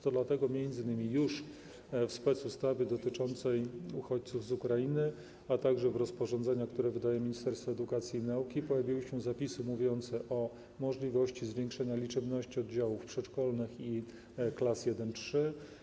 To dlatego m.in. już w specustawie dotyczącej uchodźców z Ukrainy, a także w rozporządzeniach, które wydaje Ministerstwo Edukacji i Nauki, pojawiły się zapisy mówiące o możliwości zwiększenia liczebności oddziałów przedszkolnych i klas I-III.